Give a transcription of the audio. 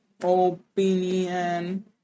opinion